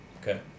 okay